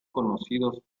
conocidos